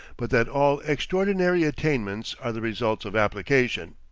but that all extraordinary attainments are the results of application.